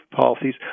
policies